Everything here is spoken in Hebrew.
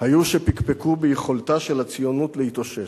היו שפקפקו ביכולתה של הציונות להתאושש.